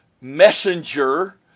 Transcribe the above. messenger